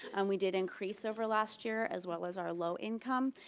and we did increase over last year, as well as our low income.